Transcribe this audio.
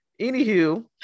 anywho